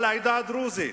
על העדה הדרוזית.